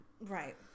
Right